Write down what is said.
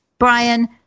Brian